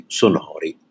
sonori